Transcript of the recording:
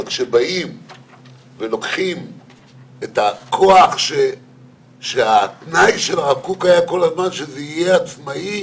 אבל כשלוקחים את הכוח שהתנאי של הרב קוק היה שזה יהיה עצמאי